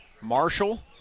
Marshall